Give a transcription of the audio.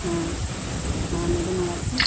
ہاں ہاں میرے موبائل پہ